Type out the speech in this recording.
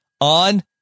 on